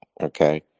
Okay